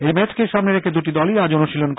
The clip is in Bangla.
এই ম্যাচকে সামনে রেখে দুটি দলই আজ অনুশীলন করে